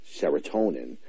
serotonin